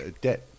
debt